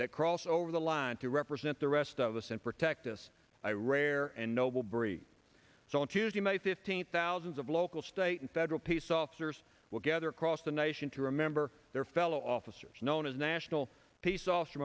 that cross over the line to represent the rest of us and protect us i rare and noble breed so on tuesday may fifteenth thousands of local state and federal peace officers will gather across the nation to remember their fellow officers known as national peace officer